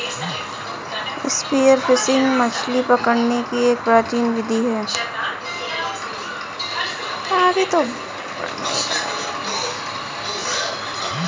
spear fishing मछली पकड़ने की एक प्राचीन विधि है